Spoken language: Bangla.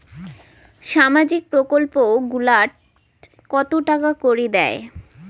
সামাজিক প্রকল্প গুলাট কত টাকা করি দেয়?